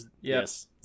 Yes